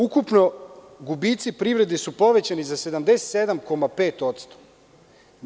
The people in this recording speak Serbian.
Ukupni gubici privrede su povećani za 77,5%